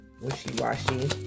wishy-washy